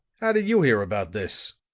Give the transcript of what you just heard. how did you hear about this?